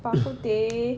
bak kut teh